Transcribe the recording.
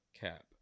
cap